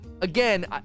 Again